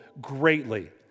greatly